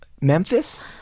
Memphis